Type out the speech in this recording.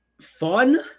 Fun